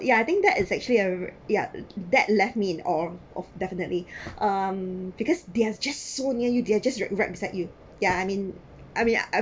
yeah I think that is actually uh ya that left me in awe of definitely um because they're just so near you they're just right right beside you yeah I mean I mean I